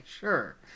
sure